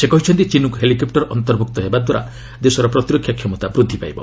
ସେ କହିଛନ୍ତି Chinook helicopter ଅନ୍ତର୍ଭୁକ୍ତ ହେବାଦ୍ୱାରା ଦେଶର ପ୍ରତିରକ୍ଷା କ୍ଷମତା ବୃଦ୍ଧି ପାଇବ